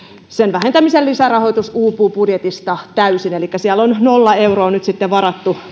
vähentämisen lisärahoitus uupuu budjetista täysin elikkä siellä on nolla euroa nyt sitten varattu